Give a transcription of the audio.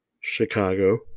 Chicago